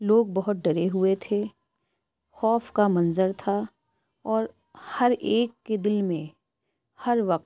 لوگ بہت ڈرے ہوئے تھے خوف کا منظر تھا اور ہرایک کے دل میں ہر وقت